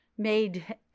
made